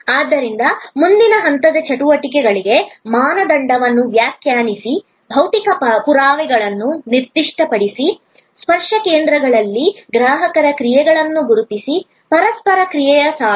ಆದ್ದರಿಂದ ಮುಂದಿನ ಹಂತದ ಚಟುವಟಿಕೆಗಳಿಗೆ ಮಾನದಂಡವನ್ನು ವ್ಯಾಖ್ಯಾನಿಸಿ ಭೌತಿಕ ಪುರಾವೆಗಳನ್ನು ನಿರ್ದಿಷ್ಟಪಡಿಸಿ ಸ್ಪರ್ಶ ಕೇಂದ್ರಗಳಲ್ಲಿ ಗ್ರಾಹಕರ ಕ್ರಿಯೆಗಳನ್ನು ಗುರುತಿಸಿ ಪರಸ್ಪರ ಕ್ರಿಯೆಯ ಸಾಲು